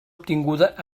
obtinguda